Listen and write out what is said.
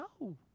No